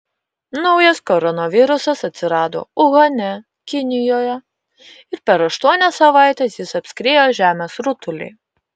naujas koronavirusas atsirado uhane kinijoje ir per aštuonias savaites jis apskriejo žemės rutulį